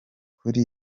kuri